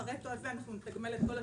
בפארטו הזה אנחנו נתגמל את כל השרשרת,